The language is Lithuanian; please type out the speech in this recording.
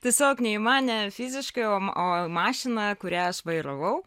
tiesiog ne mane fiziškai o mašina kurią vairavau